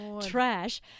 trash